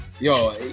Yo